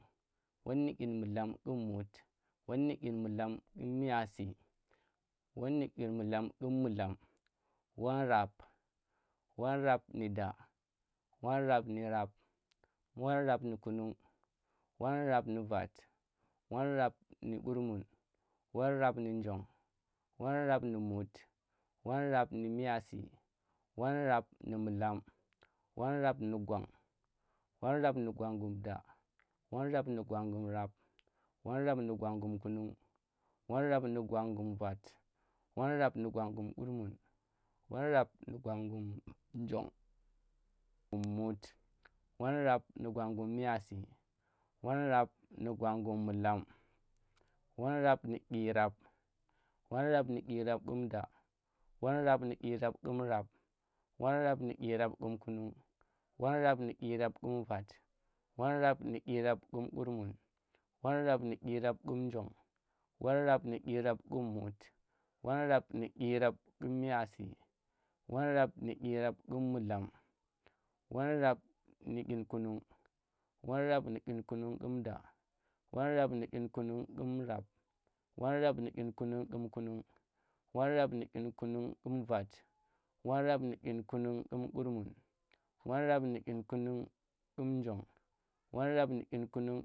Won nu dyin mullam ƙum mut, won nu dyin mullam ƙum miyasi, won nu dyin mullam ƙum mullam, won rab, won rab nu da, won rab nu rab, won rab nu kunung, won rab nu vat, won rab nu kurmun, won rab nu njong, won rab nu mut, won rab nu miyasi, won rab nu̱ mudlaam, won rab nu̱ gwang, won rab nu gwangum da, won rab nu gwangum rab, won rab nu gwangum kunun, won rab nu gwangum vat, won rab nu gwangum kurmun, won rab nu gwangum njong, kum mut, won rab nu gwangum mut, won rab nu gwangum miyasi, won rab nu gwangum mudlam, won rab nu dyirab, won rab nu dyirab ƙum da, won rab nu dyirab ƙum rab, won rab nu dyirab ƙum kunung, won rab nu dyirab kum vat, won rab nu dyirab kum kurmun, won rab nu dyirab ƙum njong, won rab nu dyirab kum mut, won rab nu dyirab ƙum miyasi, won rab nu dyirab ƙum mudlam, won rab nu dyin kunung, won rab nu dyin kunnung ƙum da, won rab nu dyin kunnung ƙum rab, won rab nu dyin kunnung ƙum kunnung, won rab nu dyin kunnun ƙum vat, won rab nu dyin kunnung ƙum kurmun, won rab nu dyin kunnung kum njong, won rab nu dyin kunnung